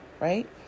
right